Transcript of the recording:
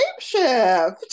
shapeshift